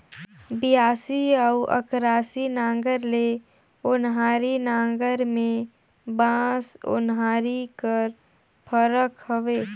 बियासी अउ अकरासी नांगर ले ओन्हारी नागर मे बस ओन्हारी कर फरक हवे